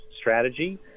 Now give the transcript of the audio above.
strategy